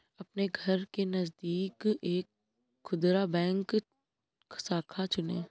अपने घर के नजदीक एक खुदरा बैंक शाखा चुनें